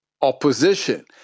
opposition